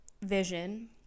vision